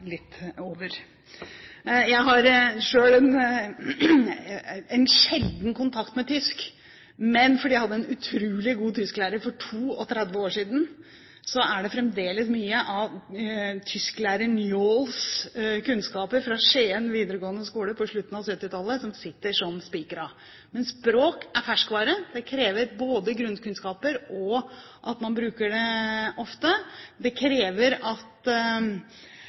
litt over. Jeg har selv sjelden kontakt med tysk, men fordi jeg hadde en utrolig god tysklærer for 32 år siden, er det fremdeles mye av tysklærer Njåls kunnskaper fra Skien videregående skole på slutten av 1970-tallet som sitter som spikret. Men språk er ferskvare. Det krever både grunnkunnskaper og at man bruker det ofte. Det krever at